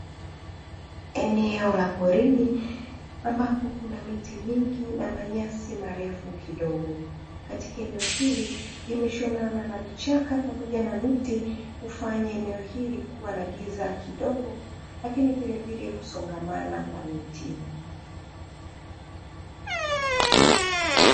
Eneo la porini ambapo kuna miti mingi na manyasi marefu kidogo, katika eneo hili limeshonana na vichaka pamoja na miti kufanya eneo hili kuwa na giza kidogo lakini vilevile kusongamana kwa miti.